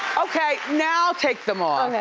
okay now take them um and